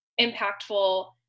impactful